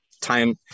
time